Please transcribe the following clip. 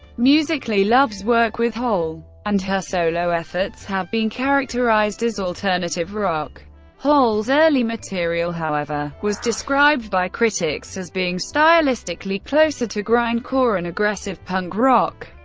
musically, love's work with hole and her solo efforts have been characterized as alternative rock hole's early material, however, was described by critics as being stylistically closer to grindcore and aggressive punk rock.